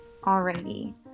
Alrighty